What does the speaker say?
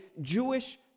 jewish